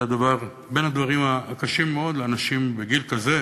בין הדברים הקשים מאוד לאנשים בגיל כזה,